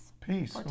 Peace